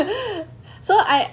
so I